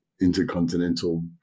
intercontinental